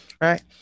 right